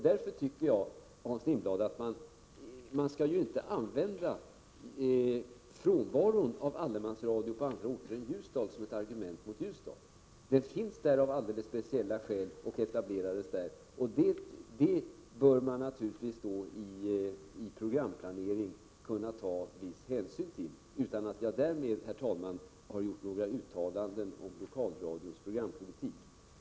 Därför tycker jag, Hans Lindblad, att man inte skall använda frånvaron av allemansradio på andra orter än Ljusdal som ett argument mot Ljusdal. Allemansradion finns där av alldeles speciella skäl och etablerades där. Detta bör man naturligtvis i programplanering kunna ta viss hänsyn till — utan att jag därmed, herr talman, har gjort några uttalanden om lokalradions programpolitik.